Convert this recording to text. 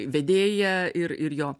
vedėja ir ir jo